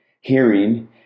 hearing